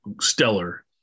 stellar